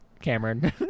Cameron